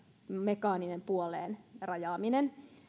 mekaaninen puoleen rajaaminen